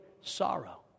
sorrow